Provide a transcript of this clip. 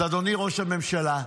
אז אדוני ראש הממשלה,